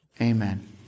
amen